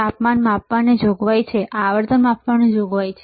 તાપમાન માપવાની જોગવાઈ છે આવર્તન માપવાની જોગવાઈ છે